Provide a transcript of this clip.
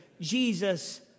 Jesus